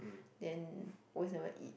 then always never eat